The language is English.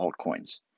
altcoins